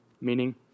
meaning